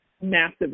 massive